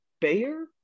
bear